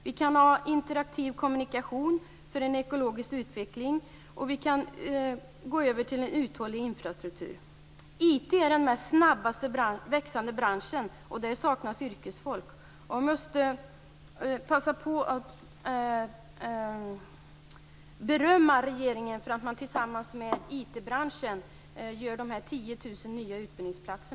Vi kan ha interaktiv kommunikation för en ekologisk utveckling och vi kan gå över till en uthållig infrastruktur. IT är den snabbast växande branschen och där saknas yrkesfolk. Jag måste passa på att berömma regeringen för att man tillsammans med IT-branschen skapar 10 000 nya utbildningsplatser.